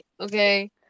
okay